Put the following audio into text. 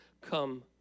come